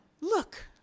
look